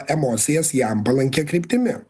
emocijas jam palankia kryptimi